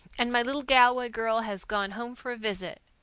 and my little galway girl has gone home for a visit.